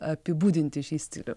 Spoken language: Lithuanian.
apibūdinti šį stilių